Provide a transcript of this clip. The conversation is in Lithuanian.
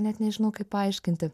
net nežinau kaip paaiškinti